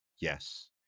Yes